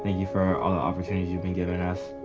you for opportunities you've been giving us.